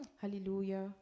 Hallelujah